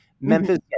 Memphis